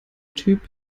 typ